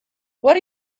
what